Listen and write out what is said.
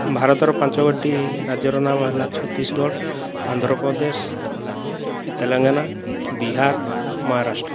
ଭାରତର ପାଞ୍ଚଗୋଟି ରାଜ୍ୟର ନାମ ହେଲା ଛତିଶଗଡ଼ ଆନ୍ଧ୍ରପ୍ରଦେଶ ତେଲେଙ୍ଗାନା ବିହାର ମହାରାଷ୍ଟ୍ର